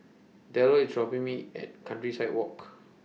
Derrell IS dropping Me At Countryside Walk